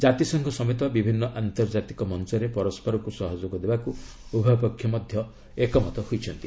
ଜାତିସଂଘ ସମେତ ବିଭିନ୍ନ ଆନ୍ତର୍କାତିକ ମଞ୍ଚରେ ପରସ୍କରକୁ ସହଯୋଗ ଦେବାକୁ ଉଭୟପକ୍ଷ ଏକମତ ହୋଇଛନ୍ତି